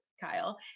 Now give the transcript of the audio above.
kyle